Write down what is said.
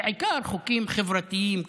בעיקר חוקים חברתיים,